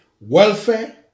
welfare